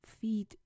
feed